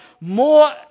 more